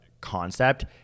concept